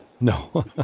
No